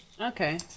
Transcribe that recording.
Okay